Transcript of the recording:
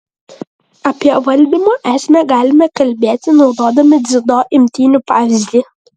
apie valdymo esmę galime kalbėti naudodami dziudo imtynių pavyzdį